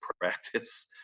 practice